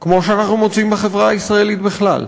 כמו שאנחנו מוצאים בחברה הישראלית בכלל.